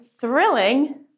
thrilling